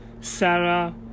Sarah